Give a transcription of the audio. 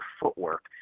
footwork